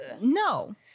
No